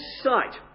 sight